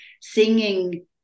singing